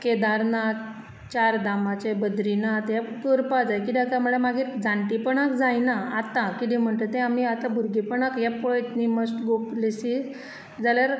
केदारनाथ चार धामाचे बद्रीनाथ हे करपाक जाय कित्याक काय म्हणल्यार मागीर जाणटेपणाक जायना आत्तां कितें म्हणटा तें आमी आतां भुरगेपणाक हें पळयत न्ही मस्ट गो प्लेसिस जाल्यार